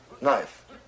Knife